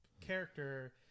character